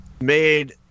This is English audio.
made